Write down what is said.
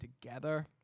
together